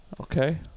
Okay